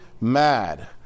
mad